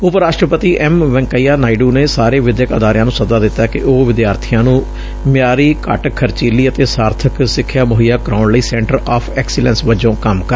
ਉਪ ਰਾਸ਼ਟਰਪਤੀ ਐਮ ਵੈਂਕਈਆ ਨਾਇਡੁ ਨੇ ਸਾਰੇ ਵਿਦਿਅਕ ਅਦਾਰਿਆਂ ਨੂੰ ਸੱਦਾ ਦਿੱਤੈ ਕਿ ਉਹ ਵਿਦਿਆਰਥੀਆਂ ਨੂੰ ਮਿਆਰੀ ਘੱਟ ਖਰਚੀਲੀ ਅਤੇ ਸਾਰਥਿਕ ਸਿਖਿਆ ਮੁਹੱਈਆ ਕਰਾਉਣ ਲਈ ਸੈਂਟਰ ਆਫ਼ ਐਕਸੀਲੈਂਸ ਵਜੋਂ ਕੰਮ ਕਰਨ